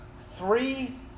three